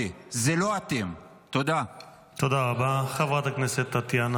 --- ביבי --- חברת הכנסת ביטון,